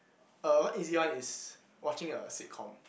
er one easy one is watching a sitcom